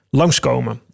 langskomen